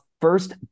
first